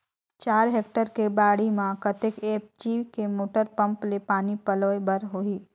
चार हेक्टेयर के बाड़ी म कतेक एच.पी के मोटर पम्म ले पानी पलोय बर होही?